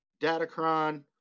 Datacron